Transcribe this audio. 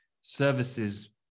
services